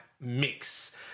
mix